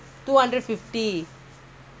சரிஇப்பவேண்டாம்:sari ippa vendaam